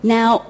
Now